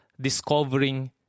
discovering